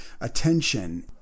attention